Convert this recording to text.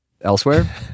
elsewhere